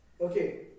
Okay